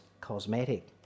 cosmetic